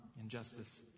injustice